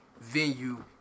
venue